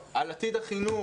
על עתיד החינוך,